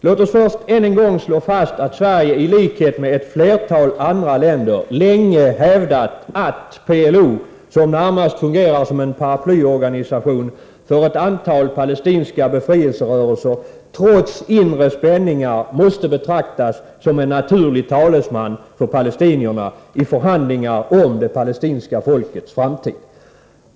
Låt oss först återigen slå fast att Sverige i likhet med ett flertal andra länder länge har hävdat att PLO, som närmast fungerar som en paraplyorganisation för ett antal palestinska befrielserörelser, trots inre spänningar måste betraktas som en naturlig talesman för palestinierna i förhandlingar om det palestinska folkets framtid.